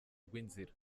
rw’inzira